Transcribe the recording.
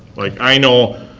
like i know,